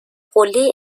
قله